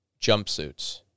jumpsuits